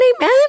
amen